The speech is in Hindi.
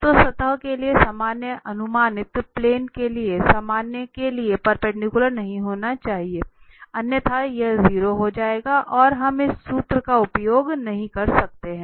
तो सतह के लिए सामान्य अनुमानित प्लेन के लिए सामान्य के लिए परपेंडिकुलर नहीं होना चाहिए अन्यथा यह 0 हो जाएगा और हम इस सूत्र का उपयोग नहीं कर सकते हैं